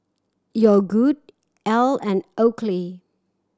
Yogood Elle and Oakley